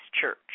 Church